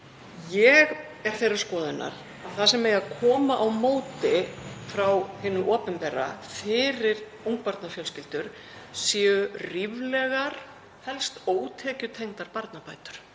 Ég er þeirrar skoðunar að það sem eigi að koma á móti frá hinu opinbera fyrir ungbarnafjölskyldur séu ríflegar, helst ótekjutengdar, barnabætur